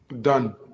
done